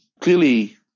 clearly